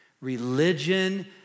Religion